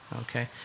okay